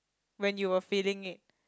when you were feeling it